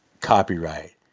copyright